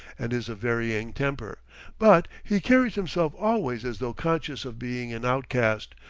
and is of varying temper but he carries himself always as though conscious of being an outcast,